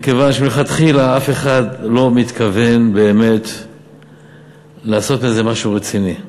מכיוון שמלכתחילה אף אחד לא מתכוון לעשות עם זה משהו רציני.